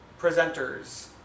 presenters